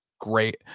great